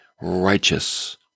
righteous